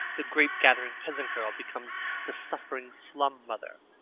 the grape-gathering peasant girl becomes the suffering slum mother.